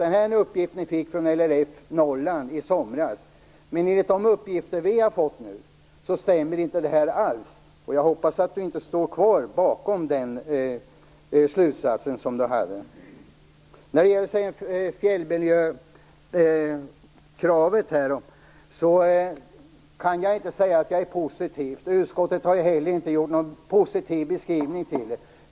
Det är en uppgift ni fick från LRF Norrland i somras. Enligt de uppgifter vi har fått nu stämmer det inte alls. Jag hoppas att Maggi Mikaelsson inte står kvar bakom sin slutsats. Vad gäller fjällmiljökravet kan jag inte säga att jag är positiv. Utskottet har heller inte gjort någon positiv beskrivning.